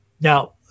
Now